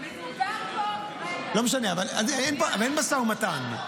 --- מדובר פה --- לא משנה, אין משא ומתן.